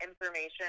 information